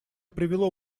привело